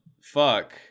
fuck